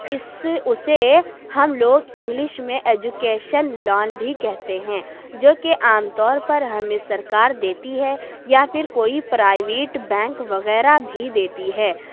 اس اسے ہم لوگ انگلش میں ایجوکیشن لون بھی کہتے ہیں جو کہ عام طور پر ہمیں سرکار دیتی ہے یا پھر کوئی پرائیوٹ بینک وغیرہ بھی دیتی ہے